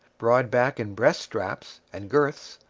broad back and breast straps, and girths,